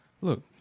Look